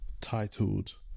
titled